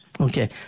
okay